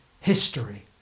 history